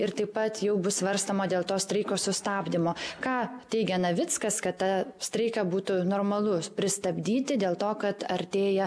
ir taip pat jau bus svarstoma dėl to streiko sustabdymo ką teigia navickas kad tą streiką būtų normalu pristabdyti dėl to kad artėja